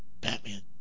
Batman